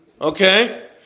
Okay